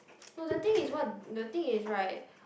no the thing is what the thing is right